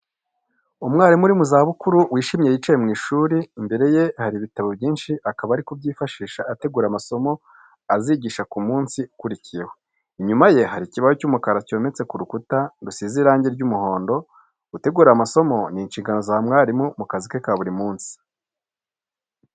Umwarimu uri mu zabukuru wishimye yicaye mu ishuri, imbere ye hari ibitabo byinshi akaba ari kubyifashisha ategura amasomo azigisha ku munsi ukurikiyeho. Inyuma ye hari ikibaho cy'umukara cyometse ku rukuta rusize irangi ry'umuhondo. Gutegura amasomo ni inshingano za mwarimu mu kazi ke ka buri munsi.